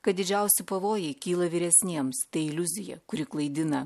kad didžiausi pavojai kyla vyresniems tai iliuzija kuri klaidina